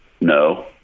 no